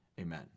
Amen